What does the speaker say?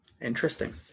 Interesting